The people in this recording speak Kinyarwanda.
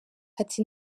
ati